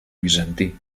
bizantí